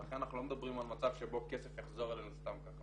ולכן אנחנו לא מדברים על מצב שבו כסף יחזור אלינו סתם ככה